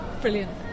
Brilliant